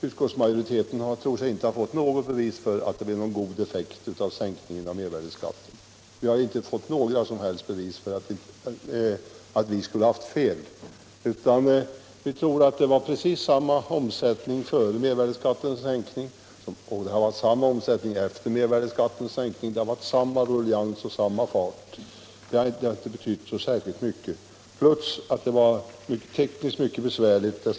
Utskottsmajoriteten anser sig inte ha fått något som helst bevis för att effekten blev god av sänkningen av mervärdeskatten och att vi alltså hade fel, utan vi tror att det före som efter mervärdeskattens sänkning har varit samma ruljangs och samma fart på omsättningen. Dessutom var sänkningen av mervärdeskatten tekniskt besvärlig.